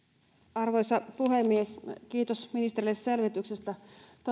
arvoisa puhemies kiitos ministerille selvityksestä